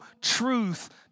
truth